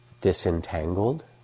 disentangled